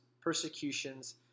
persecutions